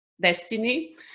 destiny